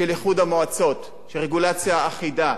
של איחוד המועצות, של רגולציה אחידה,